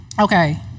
Okay